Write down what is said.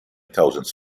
thousands